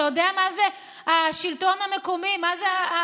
אתה יודע מה זה השלטון המקומי, המוניציפלי.